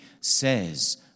says